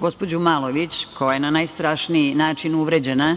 gospođu Malović koja je na najstrašniji način uvređena,